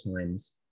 times